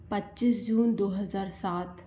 पच्चीस जून दो हज़ार सात